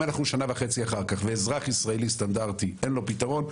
אם אנחנו שנה וחצי אחר כך ואזרח ישראל סטנדרטי אין לו פתרון,